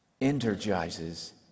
energizes